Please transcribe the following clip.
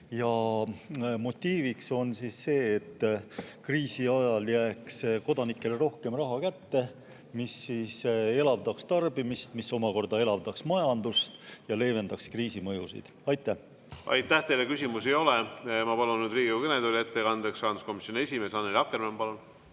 ja motiiviks on see, et kriisi ajal jääks kodanikele rohkem raha kätte. See elavdaks tarbimist, mis omakorda elavdaks majandust ja leevendaks kriisi mõjusid. Aitäh! Aitäh! Teile küsimusi ei ole. Ma palun nüüd Riigikogu kõnetooli ettekandeks rahanduskomisjoni esimehe Annely Akkermanni. Palun!